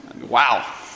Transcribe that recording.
Wow